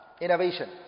Innovation